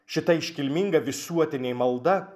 šita iškilminga visuotinė malda